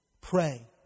Pray